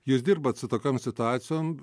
jūs dirbat su tokiom situacijom